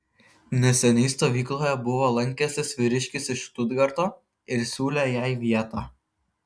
neseniai stovykloje buvo lankęsis vyriškis iš štutgarto ir siūlė jai vietą